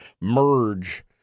merge